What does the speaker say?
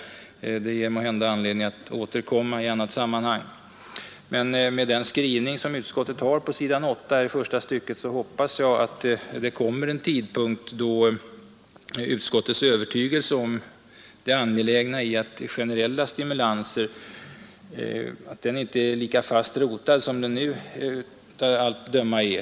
Det ger måhända anledning att återkomma i annat sammanhang. Med den skrivning utskottet har på s. 8 i första stycket hoppas jag det kommer en tidpunkt när utskottets övertygelse om angelägenheten av generella stimulanser inte är lika fast rotad som den nu av allt att döma är.